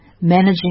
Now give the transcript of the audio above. managing